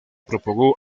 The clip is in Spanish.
propagó